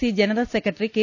C general secretary K